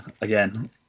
again